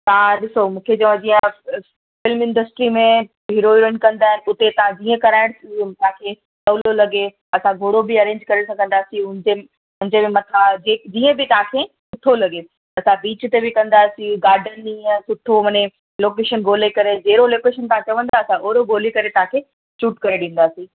तव्हां ॾिसो मूंखे जो जीअं फ़िल्म इंडस्ट्री में हीरो हीरोईन कंदा आहिनि उते तव्हां जीअं कराइण इहो तव्हांखे सवलो लॻे असां घोड़ो बि अरेंज करे सघंदासीं उनि जन उनजे मथां ज जीअं बि तव्हांखे सुठो लॻे असां बीच ते बि कंदासीं गार्डन ईअं सुठो मना लोकेशन ॻोल्हे करे जहिड़ो लोकेशन तव्हां चवंदा असां ओहिड़ो तव्हांखे शूट करे ॾींदासीं